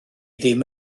ddim